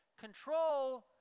Control